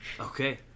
Okay